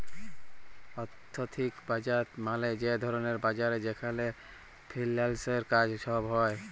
আথ্থিক বাজার মালে যে ধরলের বাজার যেখালে ফিল্যালসের কাজ ছব হ্যয়